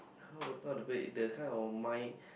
how to how to play that kind of mind